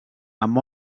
amb